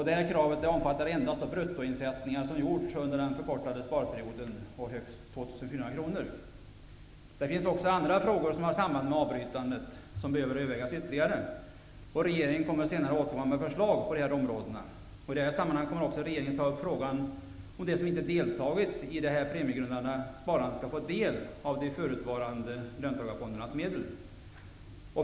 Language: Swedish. Det här kravet omfattar endast bruttoinsättningar som gjorts under den förkortade sparperioden på högst 2 400 Det finns andra frågor som har samband med avbrytandet som behöver övervägas ytterligare, och regeringen återkommer senare med förslag på det området. Regeringen kommer också att ta upp frågan om de som inte har deltagit i det premiegrundande sparandet skall få del av de förutvarande löntagarfondernas medel.